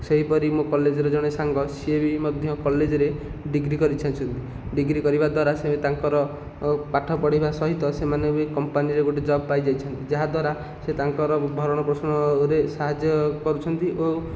ସେହିପରି ମୋ କଲେଜର ଜଣେ ସାଙ୍ଗ ସିଏ ବି ମଧ୍ୟ କଲେଜରେ ଡିଗ୍ରୀ କରିସାରିଛନ୍ତି ଡିଗ୍ରୀ କରିବା ଦ୍ଵାରା ସେ ତାଙ୍କର ଓ ପାଠ ପଢ଼ିବା ସହିତ ସେମାନେ ବି କମ୍ପାନୀର ଗୋଟିଏ ଜବ ପାଇଯାଇଛନ୍ତି ଯାହା ଦ୍ଵାରା ସେ ତାଙ୍କର ଭରଣ ପୋଷଣରେ ସାହାଯ୍ୟ କରୁଛନ୍ତି ଓ